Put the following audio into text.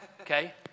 Okay